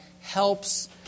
helps